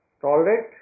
Tolerate